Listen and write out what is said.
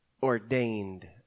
Ordained